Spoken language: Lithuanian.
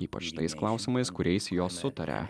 ypač tais klausimais kuriais jos sutaria